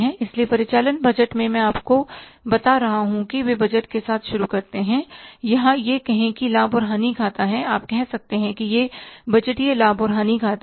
इसलिए परिचालन बजट में मैं आपको बता रहा हूं कि वे बजट के साथ शुरू करते हैं यहां यह कहे कि लाभ और हानि खाता है आप कह सकते हैं कि यह बजटीय लाभ और हानि खाता है